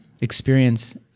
experience